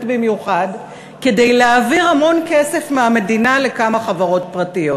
במיוחד כדי להעביר המון כסף מהמדינה לכמה חברות פרטיות,